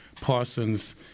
Parsons